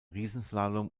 riesenslalom